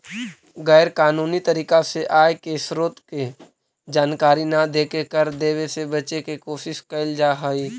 गैर कानूनी तरीका से आय के स्रोत के जानकारी न देके कर देवे से बचे के कोशिश कैल जा हई